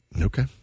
Okay